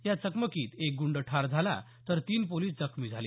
या चकमकीत एक गुंड ठार झाला तर तीन पोलीस जखमी झाले